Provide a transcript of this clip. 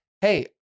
hey